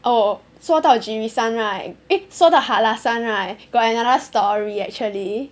oh so the Jirisan right I eh 说到 Hallasan right got another story actually